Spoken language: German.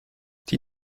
die